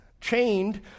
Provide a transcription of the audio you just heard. chained